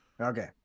okay